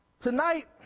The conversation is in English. tonight